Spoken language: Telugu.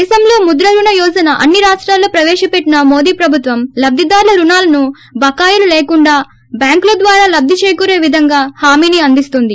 దేశంలో ముద్ర రుణ యోజన అన్ని రాష్టాల్లో ప్రవేశపెట్టిన మోడీ ప్రభుత్వం లబ్లిదారుల రుణాలను బకాయిలు లేకుండా బ్యాంకుల ద్వారా లబ్లిదేకూరె విధంగా హామీని అందిస్తోంది